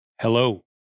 Hello